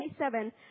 27